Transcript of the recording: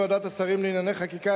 ועדת השרים לענייני חקיקה,